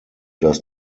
does